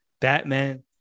batman